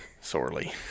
sorely